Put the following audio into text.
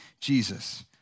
Jesus